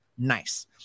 Nice